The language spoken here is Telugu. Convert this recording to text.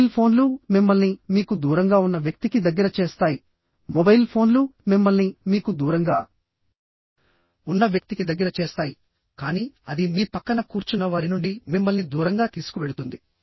మొబైల్ ఫోన్లు మిమ్మల్ని మీకు దూరంగా ఉన్న వ్యక్తికి దగ్గర చేస్తాయి మొబైల్ ఫోన్లు మిమ్మల్ని మీకు దూరంగా ఉన్న వ్యక్తికి దగ్గర చేస్తాయి కానీ అది మీ పక్కన కూర్చున్న వారి నుండి మిమ్మల్ని దూరంగా తీసుకువెళుతుంది